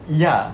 ya